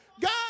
God